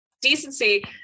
Decency